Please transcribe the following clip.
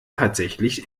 tatsächlich